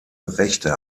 rechte